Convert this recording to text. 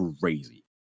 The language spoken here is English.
crazy